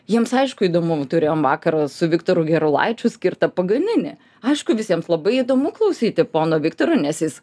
jiems aišku įdomu turėjom vakarą su viktoru gerulaičiu skirtą paganini aišku visiems labai įdomu klausyti pono viktoro nes jis